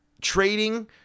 trading